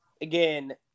again